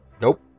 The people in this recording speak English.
Nope